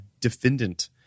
defendant